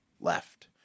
left